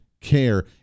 care